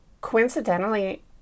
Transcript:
coincidentally